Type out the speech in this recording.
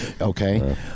okay